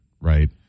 right